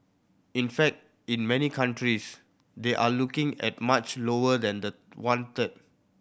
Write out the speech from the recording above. in fact in many countries they are looking at much lower than the one third